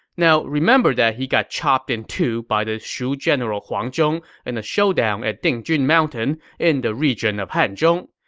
now, remember that he got chopped in two by the shu general huang zhong in and a showdown at dingjun mountain in the region of hanzhong.